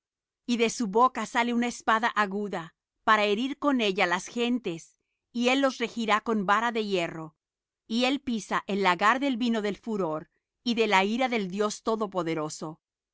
y de su boca sale una espada aguda para herir con ella las gentes y él los regirá con vara de hierro y él pisa el lagar del vino del furor y de la ira del dios todopoderoso